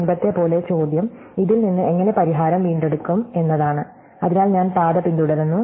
മുമ്പത്തെപ്പോലെ ചോദ്യം ഇതിൽ നിന്ന് എങ്ങനെ പരിഹാരം വീണ്ടെടുക്കും എന്നതാണ് അതിനാൽ ഞാൻ പാത പിന്തുടരുന്നു